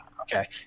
Okay